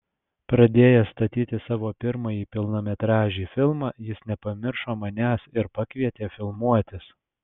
pradėjęs statyti savo pirmąjį pilnametražį filmą jis nepamiršo manęs ir pakvietė filmuotis